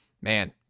man